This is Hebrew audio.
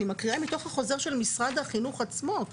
אני מקריאה מתוך החוזר של משרד החינוך עצמו.